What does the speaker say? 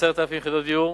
10,000 יחידות דיור,